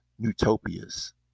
utopias